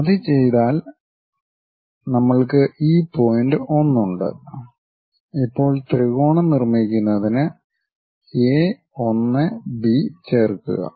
അത് ചെയ്താൽ നമ്മൾക്ക് ഈ പോയിൻറ് 1 ഉണ്ട് ഇപ്പോൾ ത്രികോണം നിർമ്മിക്കുന്നതിന് എ 1 ബി ചേർക്കുക